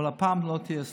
אבל הפעם לא תהיה סליחה.